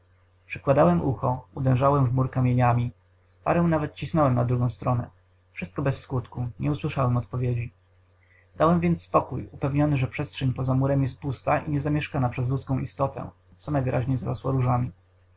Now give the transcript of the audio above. przykładałem ucho uderzałem w mur kamieniami parę nawet cisnąłem na drugą stronę wszystko bez skutku nie usłyszałem odpowiedzi dałem więc spokój upewniony że przestrzeń po za murem jest pusta i niezamieszkana przez ludzką istotę co najwyżej zarosła różami